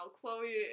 Chloe